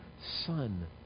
son